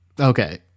Okay